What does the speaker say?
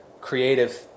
creative